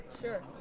Sure